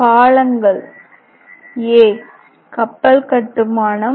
பாலங்கள் கப்பல் கட்டுமானம்